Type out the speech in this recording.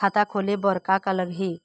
खाता खोले बर का का लगही?